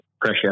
pressure